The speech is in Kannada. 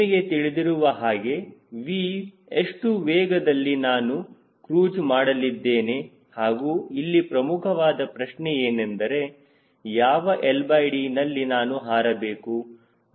ನಿಮಗೆ ತಿಳಿದಿರುವ ಹಾಗೆ V ಎಷ್ಟು ವೇಗದಲ್ಲಿ ನಾನು ಕ್ರೂಜ್ ಮಾಡಲಿದ್ದೇನೆ ಹಾಗೂ ಇಲ್ಲಿ ಪ್ರಮುಖವಾದ ಪ್ರಶ್ನೆಯೇನೆಂದರೆ ಯಾವ LD ನಲ್ಲಿ ನಾನು ಹಾರಬೇಕು